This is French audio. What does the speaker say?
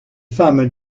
femmes